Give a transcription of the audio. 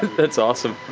that's awesome.